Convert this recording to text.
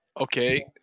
Okay